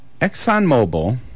ExxonMobil